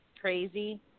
crazy